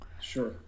Sure